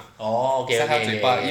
orh okay okay okay